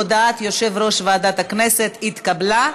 הודעת יושב-ראש ועדת הכנסת התקבלה,